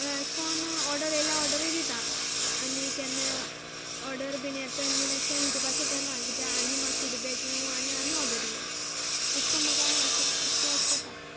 अेश कोन्न ऑर्डर येल्यार ऑर्डरूय दितां आनी केन्नाय ऑर्डर बीन येत तेन्ना अेश कोन्न युट्यूबाचेर घायना कित्या आनी म्हाका फिडबॅक येवूं आनी आनी ऑर्डर येवूं अेश कोन्न मुगे हांव यें कोतां स्कॅच कोतां